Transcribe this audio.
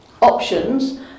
options